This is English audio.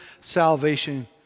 salvation